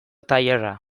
tailerra